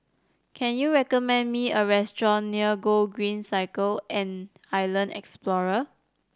can you recommend me a restaurant near Gogreen Cycle and Island Explorer